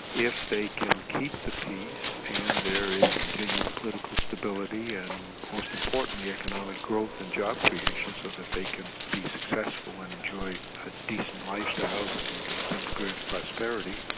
if they can keep the peace and there is continued political stability and most importantly, economic growth and job creation, so that they can be successful and enjoy ah decent lifestyles and some degree of prosperity,